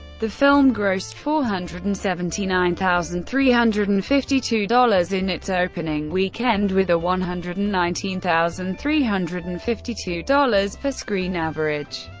the film grossed four hundred and seventy nine thousand three hundred and fifty two dollars in its opening weekend with a one hundred and nineteen thousand three hundred and fifty two dollars per-screen-average,